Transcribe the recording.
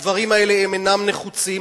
הדברים האלה אינם נחוצים,